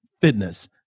fitness